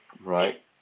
Right